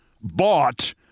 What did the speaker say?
bought